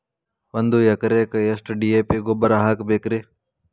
ಒಂದು ಎಕರೆಕ್ಕ ಎಷ್ಟ ಡಿ.ಎ.ಪಿ ಗೊಬ್ಬರ ಹಾಕಬೇಕ್ರಿ?